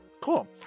Cool